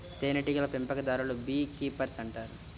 తేనెటీగల పెంపకందారులను bee keepers అంటారు